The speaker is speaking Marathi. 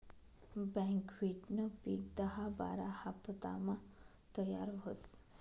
बकव्हिटनं पिक दहा बारा हाफतामा तयार व्हस